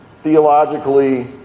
theologically